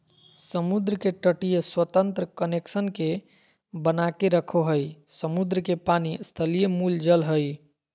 समुद्र के तटीय स्वतंत्र कनेक्शन के बनाके रखो हइ, समुद्र के पानी स्थलीय मूल जल हइ